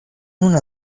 una